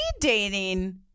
dating